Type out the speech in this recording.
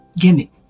gimmick